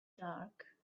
dark